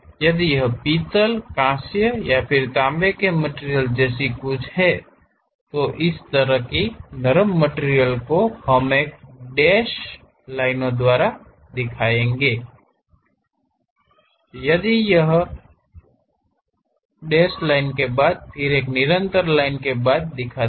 यदि यह पीतल कांस्य या तांबे की मटिरियल जैसी कुछ है तो इस तरह की नरम मटिरियलको हम इसे एक डैश लाइन के बाद एक डैश लाइन के बाद फिर एक निरंतर लाइन के बाद दिखाते हैं